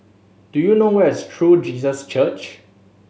do you know where is True Jesus Church